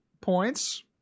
points